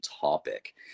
topic